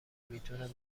میتونم